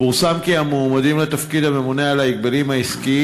פורסם כי המועמדים לתפקיד הממונה על ההגבלים העסקיים